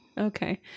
Okay